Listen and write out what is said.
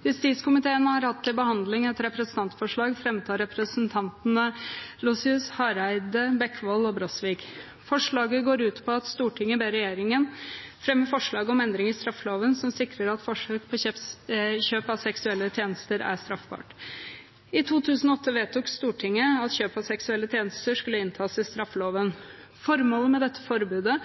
Justiskomiteen har hatt til behandling et representantforslag fremmet av representantene Jorunn Gleditsch Lossius, Knut Arild Hareide, Geir Jørgen Bekkevold og Trude Brosvik. Forslaget går ut på at Stortinget ber regjeringen fremme forslag om endring i straffeloven som sikrer at forsøk på kjøp av seksuelle tjenester er straffbart. I 2008 vedtok Stortinget at kjøp av seksuelle tjenester skulle inntas i straffeloven. Formålet med forbudet